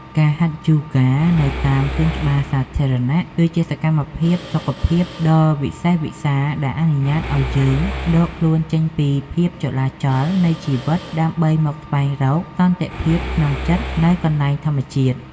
ការហាត់យូហ្គានៅតាមសួនច្បារសាធារណៈ គឺជាសកម្មភាពសុខភាពដ៏វិសេសវិសាលដែលអនុញ្ញាតឱ្យយើងដកខ្លួនចេញពីភាពចលាចលនៃជីវិត ដើម្បីមកស្វែងរកសន្តិភាពក្នុងចិត្តនៅកន្លែងធម្មជាតិ។